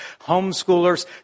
homeschoolers